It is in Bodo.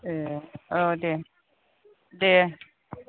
ए औ दे दे